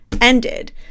ended